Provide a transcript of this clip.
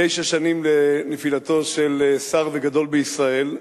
תשע שנים לנפילתו של שר וגדול בישראל,